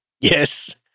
Yes